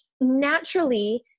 naturally